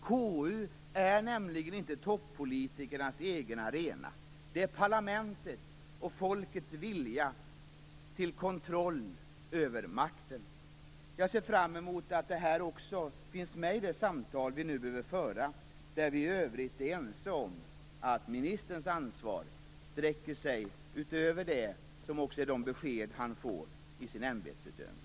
KU är nämligen inte toppolitikernas egen arena. Det är parlamentets och folkets viktiga kontroll över makten. Jag ser fram mot att också det finns med i det samtal vi nu behöver föra, där vi för övrigt är ense om att ministerns ansvar sträcker sig utöver de besked han får i sin ämbetsutövning.